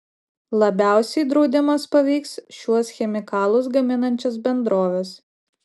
labiausiai draudimas paveiks šiuos chemikalus gaminančias bendroves